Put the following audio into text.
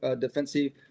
defensive